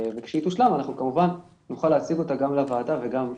וכשהיא תושלם כמובן נוכל להציג אותה גם לוועדה וגם לציבור.